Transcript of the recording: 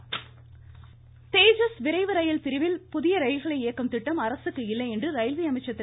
பியூஷ் கோயல் தேஜஸ் விரைவு ரயில் பிரிவில் புதிய ரயில்களை இயக்கும் திட்டம் அரசுக்கு இல்லையென்று ரயில்வே அமைச்சர் திரு